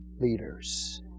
leaders